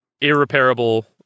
irreparable